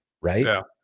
Right